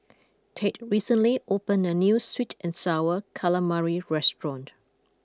Tate recently opened a new Sweet and Sour Calamari restaurant